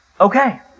Okay